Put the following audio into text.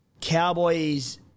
Cowboys